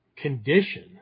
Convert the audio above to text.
condition